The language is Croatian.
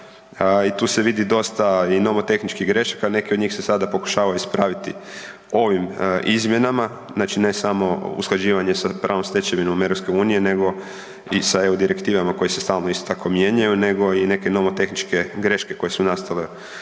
i tu se vidi dosta i nomotehničkih grešaka, neke od njih se sada pokušavaju ispraviti ovim izmjenama, znači ne samo usklađivanje sa pravnom stečevinom EU nego i sa eu direktivama koje se isto tako stalno mijenjaju nego i neke nomotehničke greške koje su nastale u prošlim